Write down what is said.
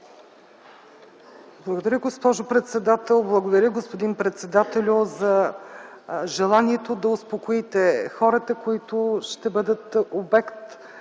Благодаря, госпожо председател. Благодаря, господин председателю, за желанието да успокоите хората, които ще бъдат обект